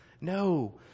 No